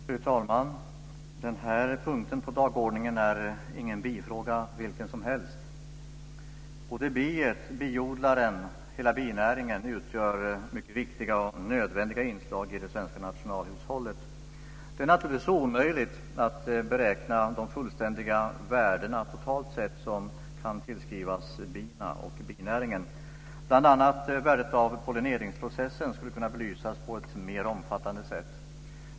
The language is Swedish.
Fru talman! Denna punkt på dagordningen är ingen bifråga vilken som helst. Både biet, biodlaren och hela binäringen utgör mycket viktiga och nödvändiga inslag i det svenska nationalhushållet. Det är naturligtvis omöjligt att beräkna de fullständiga värdena, totalt sett, som kan tillskrivas bina och binäringen. Bl.a. värdet av polineringsprocessen skulle kunna belysas på ett mer omfattande sätt.